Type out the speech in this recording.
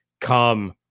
come